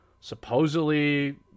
supposedly